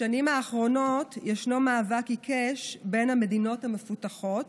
בשנים האחרונות יש מאבק עיקש בין המדינות המפותחות,